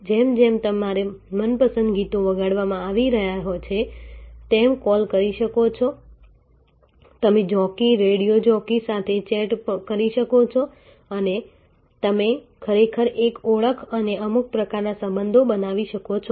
જેમ જેમ તમારા મનપસંદ ગીતો વગાડવામાં આવી રહ્યા છે તમે કૉલ કરી શકો છો તમે જોકી રેડિયો જોકી સાથે ચેટ કરી શકો છો અને તમે ખરેખર એક ઓળખ અને અમુક પ્રકારના સંબંધ બનાવી શકો છો